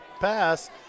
pass